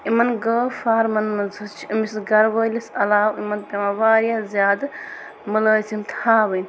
یِمن گٲو فارمن منٛز حظ چھِ أمِس گَرٕ وٲلِس علاوٕ یِمن پٮ۪وان واریاہ زیادٕ مٕلٲزِم تھاوٕنۍ